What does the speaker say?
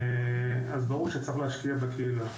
אז ברור שצריך להשקיע בקהילה.